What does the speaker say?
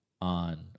on